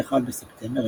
ב-21 בספטמבר,,